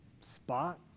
spot